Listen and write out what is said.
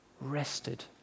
Rested